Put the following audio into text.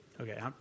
Okay